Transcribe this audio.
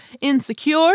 insecure